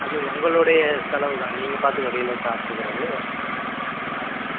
அது உங்களுடைய செலவு தான் நீங்கள் பார்த்து வெளியில சாப்பிட்டுக்கிறது